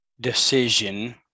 decision